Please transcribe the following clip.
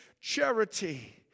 charity